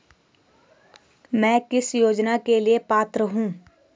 मैं किस योजना के लिए पात्र हूँ?